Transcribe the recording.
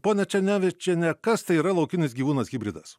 ponia černevičiene kas tai yra laukinis gyvūnas hibridas